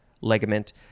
ligament